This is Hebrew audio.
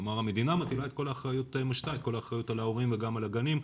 כלומר המדינה משיתה את כל האחריות על ההורים וגם על הגנים,